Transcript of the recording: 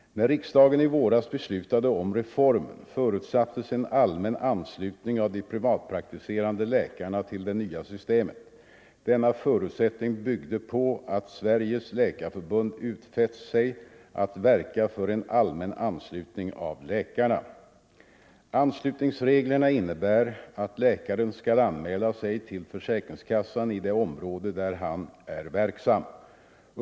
När riksdagen i våras beslutade om reformen förutsattes en allmän anslutning av de privatpraktiserande läkarna till det nya systemet. Denna förutsättning byggde på att Sveriges läkarförbund utfäst sig att verka för en allmän anslutning av läkarna. Anslutningsreglerna innebär att läkaren skall anmäla sig till försäkringskassan i det område där han är verksam.